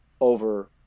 over